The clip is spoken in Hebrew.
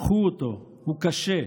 קחו אותו, הוא קשה.